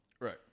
Right